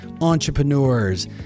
entrepreneurs